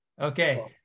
okay